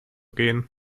gehen